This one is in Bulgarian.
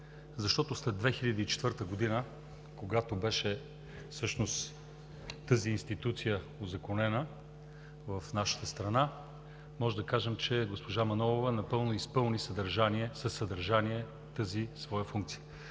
защото след 2004 г., когато тази институция беше узаконена в нашата страна, може да кажем, че госпожа Манолова напълно изпълни със съдържание тази своя функция.